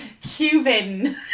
Cuban